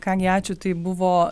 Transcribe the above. ką gi ačiū tai buvo